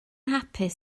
hapus